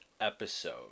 episode